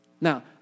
Now